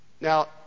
Now